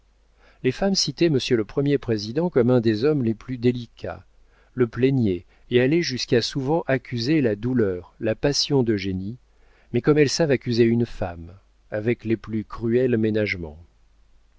les femmes citaient monsieur le premier président comme un des hommes les plus délicats le plaignaient et allaient jusqu'à souvent accuser la douleur la passion d'eugénie mais comme elles savent accuser une femme avec les plus cruels ménagements